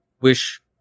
wish